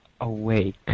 awake